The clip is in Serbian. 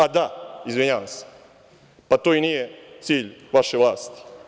A, da, izvinjavam se, pa, to i nije cilj vaše vlasti.